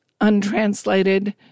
untranslated